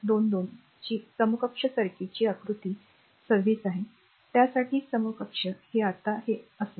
२२ ची समकक्ष सर्किट जी आकृती r 26 आहे त्यासाठी समकक्ष हे आता हे असेल